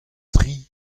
tri